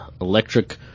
electric